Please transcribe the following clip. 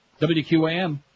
WQAM